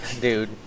dude